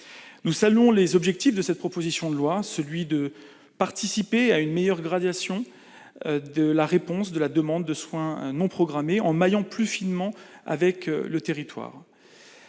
Nous saluons les objectifs de cette proposition de loi. Celle-ci vise à participer à une meilleure gradation de la réponse à la demande de soins non programmés, en maillant plus finement le territoire.